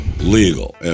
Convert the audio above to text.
Legal